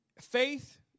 Faith